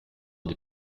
des